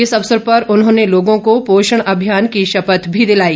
इस अवसर पर उन्होंने लोगों को पोषण अभियान की शपथ भी दिलाई